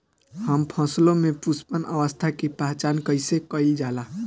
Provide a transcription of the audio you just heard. हम फसलों में पुष्पन अवस्था की पहचान कईसे कईल जाला?